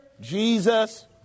Jesus